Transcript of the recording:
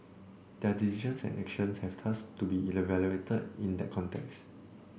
their decisions and actions have thus to be evaluated in that context